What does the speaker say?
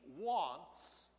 wants